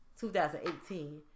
2018